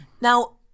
Now